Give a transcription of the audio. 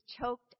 choked